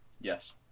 Yes